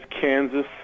Kansas